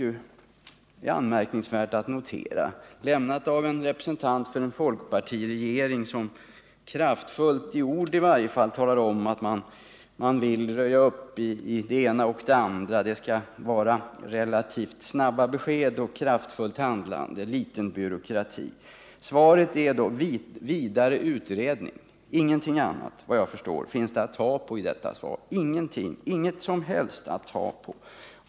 Det är anmärkningsvärt att notera, eftersom det lämnats av en representant för en folkpartiregering som — i varje fall i ord — vill röja upp i det ena och det andra; det skall vara snabba besked, kraftfullt handlande och litet byråkrati. Ingenting annat finns det att ta på i svaret.